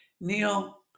Neil